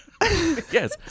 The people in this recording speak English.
yes